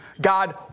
God